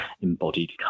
embodied